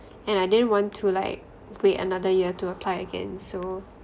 and I didn't want to like wait another year to apply again so